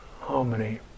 harmony